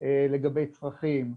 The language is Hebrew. לגבי צרכים,